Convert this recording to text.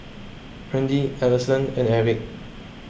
Randi Ellison and Erick